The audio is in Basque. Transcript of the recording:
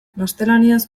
gaztelaniaz